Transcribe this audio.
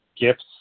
gifts